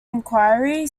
inquiry